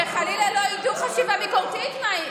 שחלילה לא ידעו חשיבה ביקורתית מהי.